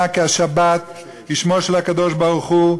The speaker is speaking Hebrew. כי השבת היא שמו של הקדוש-ברוך-הוא,